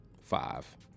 five